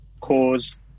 cause